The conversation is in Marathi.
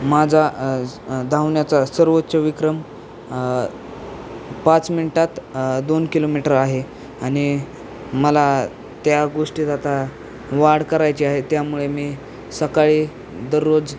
माझा धावण्याचा सर्वोच्च विक्रम पाच मिनटात दोन किलोमीटर आहे आणि मला त्या गोष्टीत आता वाढ करायची आहे त्यामुळे मी सकाळी दररोज